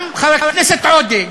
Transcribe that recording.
גם חבר הכנסת עודה,